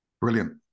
brilliant